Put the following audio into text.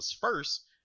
first